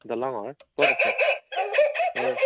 দলঙৰ ক'ত আছে অ